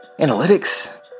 analytics